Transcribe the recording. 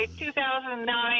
2009